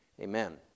amen